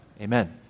amen